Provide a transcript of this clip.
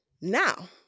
now